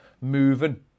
moving